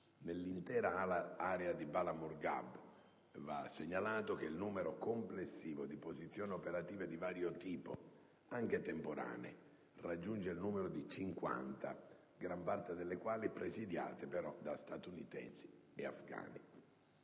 Nell'intera area di Bala Morghab va segnalato che il numero complessivo di posizioni operative di vario tipo, anche temporanee, raggiunge il numero di 50, gran parte delle quali presidiate però da statunitensi e afgani.